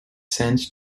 sense